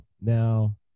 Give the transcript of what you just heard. Now